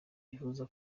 yifuza